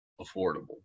affordable